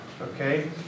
Okay